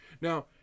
Now